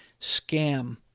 scam